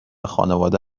خانواده